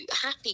Happy